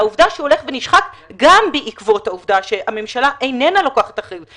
והעובדה שהוא הולך ונשחק גם בעקבות העובדה שהממשלה איננה לוקחת אחריות,